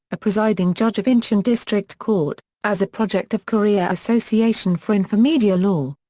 a presiding judge of incheon district court, as a project of korea association for infomedia law.